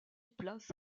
place